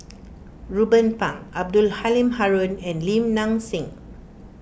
Ruben Pang Abdul Halim Haron and Lim Nang Seng